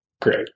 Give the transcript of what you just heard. Great